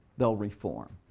they'll reform.